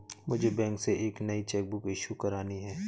मुझे बैंक से एक नई चेक बुक इशू करानी है